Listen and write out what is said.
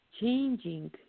changing